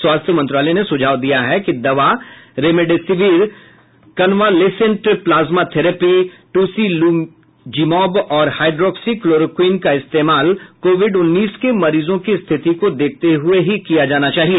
स्वास्थ्य मंत्रालय ने सुझाव दिया है कि दवा remdesivir convalescent plasma therapy tocilizumab और हाइड्रोक्सी क्लोरोक्वीन का इस्तेमाल कोविड उन्नीस के मरीजों की स्थिति को देखते हुए ही किया जाना चाहिए